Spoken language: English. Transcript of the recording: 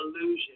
illusion